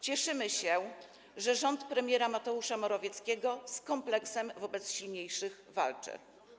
Cieszymy się, że rząd premiera Mateusza Morawieckiego z kompleksem wobec silniejszych walczy.